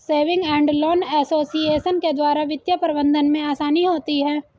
saving and loan association के द्वारा वित्तीय प्रबंधन में आसानी होती है